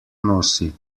nosi